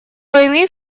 войны